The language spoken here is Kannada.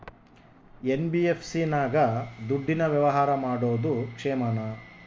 ಎನ್.ಬಿ.ಎಫ್.ಸಿ ನಾಗ ದುಡ್ಡಿನ ವ್ಯವಹಾರ ಮಾಡೋದು ಕ್ಷೇಮಾನ?